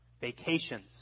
vacations